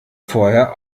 vorher